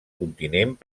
continent